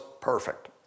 perfect